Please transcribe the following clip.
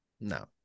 no